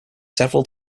several